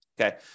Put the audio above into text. Okay